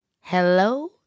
Hello